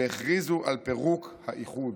והכריזו על פירוק האיחוד.